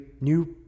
new